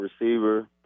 receiver